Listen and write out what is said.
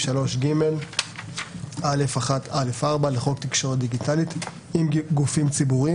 בסעיף 3ג(א)(1)(א)(4) לחוק תקשורת דיגיטלית עם גופים ציבוריים,